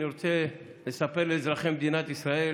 אני רוצה לספר לאזרחי מדינת ישראל